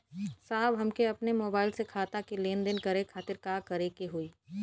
साहब हमके अपने मोबाइल से खाता के लेनदेन करे खातिर का करे के होई?